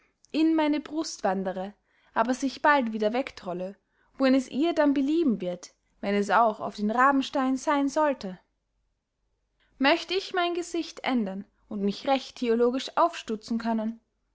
in meine brust wandere aber sich bald wieder wegdrolle wohin es ihr dann belieben wird wenn es auch auf den rabenstein seyn sollte möcht ich mein gesicht ändern und mich recht theologisch aufstutzen können